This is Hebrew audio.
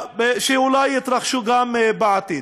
שאולי יתרחשו גם בעתיד.